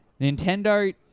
Nintendo